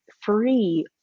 free